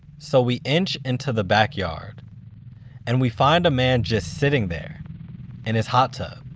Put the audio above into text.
so we inch into the backyard and we find a man just sitting there in his hot tub.